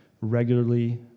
regularly